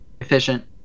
efficient